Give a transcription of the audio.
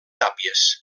tàpies